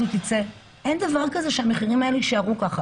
תמר.